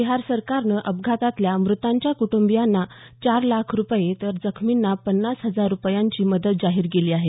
बिहार सरकारनं अपघातातल्या मृतांच्या कुटुंबियांना चार लाख रुपये तर जखमींना पन्नास हजार रुपयांची मदत जाहीर केली आहे